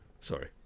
sorry